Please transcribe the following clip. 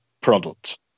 product